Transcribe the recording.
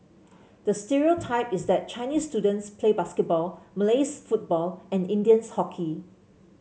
the stereotype is that Chinese students play basketball Malays football and Indians hockey